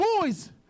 boys